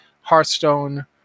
Hearthstone